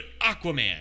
Aquaman